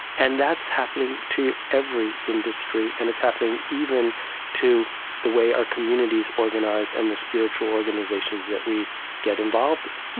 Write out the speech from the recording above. and that's happening to every industry. and it's happening even to the way our communities organize and the spiritual organizations that we get involved in